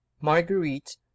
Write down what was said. marguerite